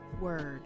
Word